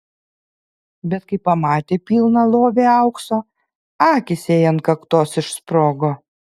bet kai pamatė pilną lovį aukso akys jai ant kaktos išsprogo